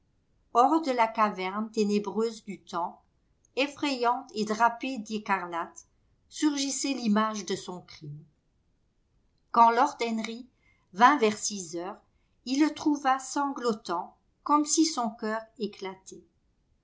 hors de la caverne ténébreuse du temps effrayante et drapée d'écarlate surgissait l'image de son crime quand lord henry vint vers six heures il le trouva sanglotant comme si son cœur éclatait